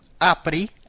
apri